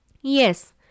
Yes